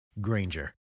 Granger